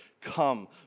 come